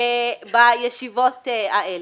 בישיבות האלה.